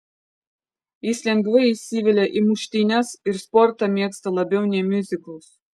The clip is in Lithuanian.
jis lengvai įsivelia į muštynes ir sportą mėgsta labiau nei miuziklus